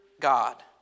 God